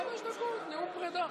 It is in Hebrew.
חמש דקות, נאום פרידה.